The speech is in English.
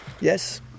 yes